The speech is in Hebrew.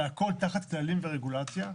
והכול תחת כללים ורגולציה.